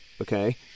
okay